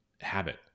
habit